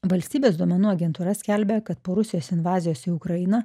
valstybės duomenų agentūra skelbia kad po rusijos invazijos į ukrainą